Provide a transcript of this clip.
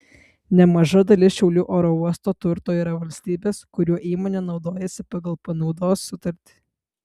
nemaža dalis šiaulių oro uosto turto yra valstybės kuriuo įmonė naudojasi pagal panaudos sutartį